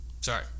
Sorry